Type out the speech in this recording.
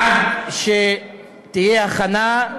עד שתהיה הכנה,